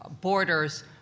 borders